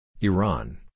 Iran